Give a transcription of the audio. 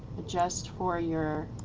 adjust for your